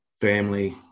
family